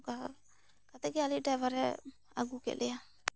ᱚᱱᱠᱟ ᱠᱟᱛᱮᱫ ᱜᱮ ᱟᱞᱮᱭᱟᱜ ᱰᱟᱭᱵᱷᱟᱨ ᱮ ᱟᱹᱜᱩ ᱠᱮᱫ ᱞᱮᱭᱟ